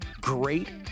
great